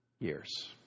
years